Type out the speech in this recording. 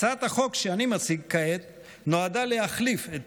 הצעת החוק שאני מציג כעת נועדה להחליף את